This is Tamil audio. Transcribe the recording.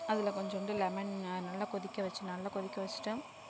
அதில் கொஞ்சோண்டு லெமன் நல்ல கொதிக்க வெச்சு நல்ல கொதிக்க வெச்சிட்டு